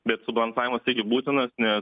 bet subalansavimas taigi būtinas nes